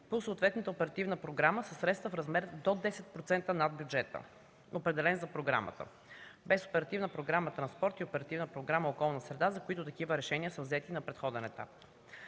по съответната оперативна програма със средства в размер до 10% над бюджета, определен за програмата, без Оперативна програма „Транспорт” и Оперативна програма „Околна среда”, за които такива решения са взети на предходен етап.